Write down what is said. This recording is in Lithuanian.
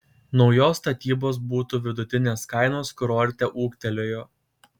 naujos statybos butų vidutinės kainos kurorte ūgtelėjo